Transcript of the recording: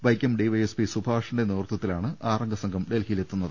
Vaikom DYSP സുഭാഷിന്റെ നേതൃ ത്വത്തിലാണ് ആറംഗ സംഘം ഡൽഹിയിലെത്തുന്നത്